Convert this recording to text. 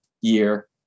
year